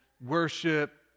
worship